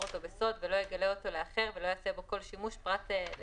כאלה או אחרים ותקוותנו היא שכשאנחנו נבוא בפעם הבא